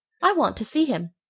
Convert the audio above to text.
i want to see him.